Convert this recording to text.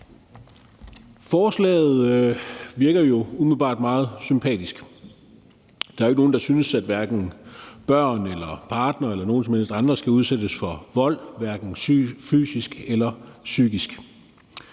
Forslaget virker jo umiddelbart meget sympatisk. Der er ikke nogen, der synes, at hverken børn, partner eller nogen som helst andre skal udsættes for vold, hverken fysisk eller psykisk.